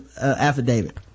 affidavit